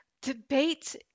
debate